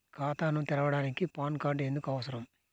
ఖాతాను తెరవడానికి PAN card ఎందుకు అవసరము?